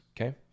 okay